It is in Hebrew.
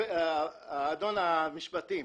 האדון ממשרד המשפטים,